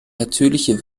natürliche